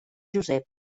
josep